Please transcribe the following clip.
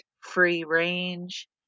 free-range